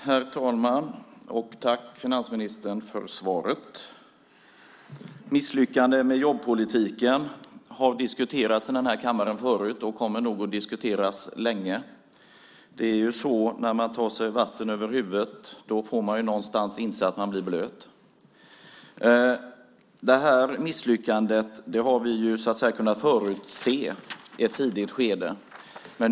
Herr talman! Tack, finansministern, för svaret. Misslyckanden med jobbpolitiken har diskuterats i den här kammaren förut och kommer nog att diskuteras länge. När man tar sig vatten över huvudet får man inse att man blir blöt. Det här misslyckandet har vi kunnat förutse i ett tidigt skede.